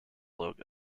logo